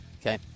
Okay